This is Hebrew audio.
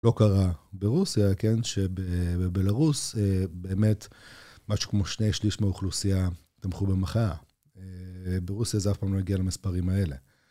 לא קרה ברוסיה, כן, שבבלרוס באמת משהו כמו שני שליש מאוכלוסייה תמכו במחאה. ברוסיה זה אף פעם לא הגיע למספרים האלה.